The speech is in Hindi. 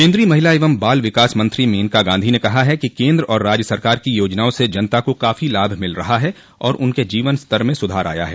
केन्द्रीय महिला एवं बाल विकास मंत्री मेनका गांधी ने कहा है कि केन्द्र और राज्य सरकार की योजनाओं से जनता को काफी लाभ मिल रहा है और उसके जीवन स्तर में सुधार आया है